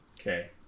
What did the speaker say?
Okay